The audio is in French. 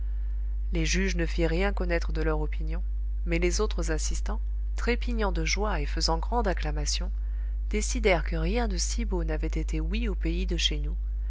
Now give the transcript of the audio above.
les juges ne firent rien connaître de leur opinion mais les autres assistants trépignant de joie et faisant grande acclamation décidèrent que rien de si beau n'avait été ouï au pays de chez nous